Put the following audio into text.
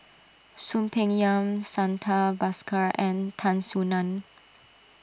Soon Peng Yam Santha Bhaskar and Tan Soo Nan